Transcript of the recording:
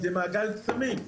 זה מעגל קסמים.